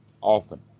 often